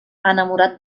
enamorat